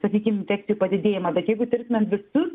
sakykim infekcijų padidėjimą bet jeigu tirtumėm visus